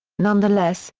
nonetheless,